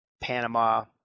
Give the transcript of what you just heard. Panama